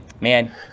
man